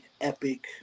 Epic